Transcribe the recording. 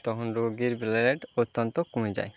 তখন রোগীর ব্লাড অত্যন্ত কমে যায়